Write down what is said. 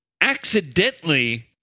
accidentally